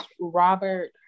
robert